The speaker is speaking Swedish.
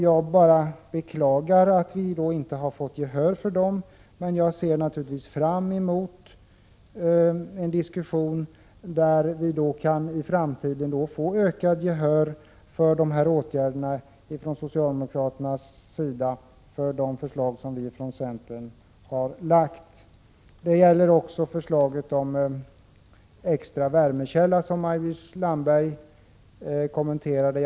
Jag bara beklagar att vi inte har fått gehör för de förslagen, men jag ser naturligtvis fram emot en diskussion där vi i framtiden kan få ökat gehör från socialdemokraternas sida för de åtgärder som centern har föreslagit. Det gäller också förslaget om extra värmekälla, som Maj-Lis Landberg kommenterade.